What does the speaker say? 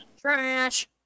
Trash